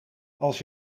als